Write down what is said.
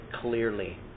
clearly